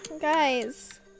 guys